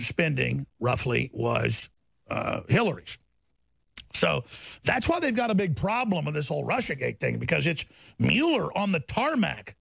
spending roughly was hillary so that's why they've got a big problem with this whole russia thing because it's mueller on the tarmac